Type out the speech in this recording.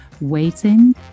Waiting